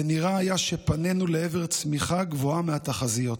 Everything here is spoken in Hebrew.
ונראה היה שפנינו לעבר צמיחה גבוהה מהתחזיות.